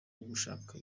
gushaka